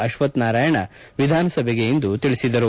ಅಶ್ವತ್ ನಾರಾಯಣ ವಿಧಾನಸಭೆಗೆ ಇಂದು ತಿಳಿಸಿದರು